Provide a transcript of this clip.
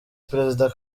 perezida